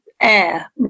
air